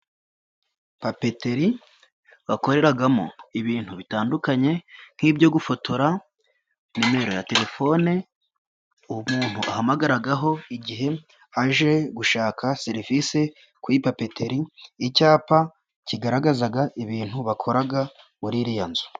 Papeteri bakoreramo ibintu bitandukanye nk'ibyo gufotora, numero ya telefone umuntu ahamagaraho igihe aje gushaka serivisi kuri papeteri, icyapa kigaragaza ibintu bakora muri iriya nzu.